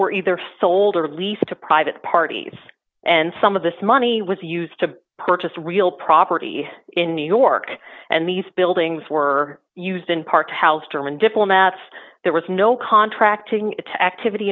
were either sold or leased to private parties and some of this money was you used to purchase real property in new york and these buildings were used in part to house german diplomats there was no contracting its activity